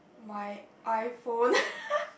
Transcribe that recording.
my iPhone